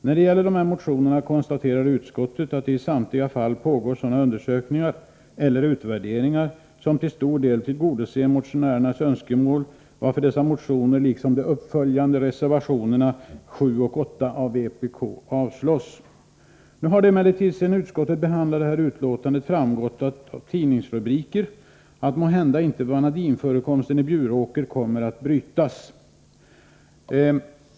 När det gäller dessa motioner konstaterar utskottet att det i samtliga fall pågår sådana undersökningar eller utvärderingar som till stor del tillgodoser motionärernas önskemål, varför dessa motioner liksom de uppföljande reservationerna 7 och 8 av vpk avstyrkts. Det har emellertid sedan utskottet behandlade frågan framgått av tidningsrubriker att måhända inte vanadinförekomsten i Bjuråker kommer att utnyttjas för brytning.